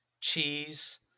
cheese